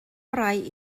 orau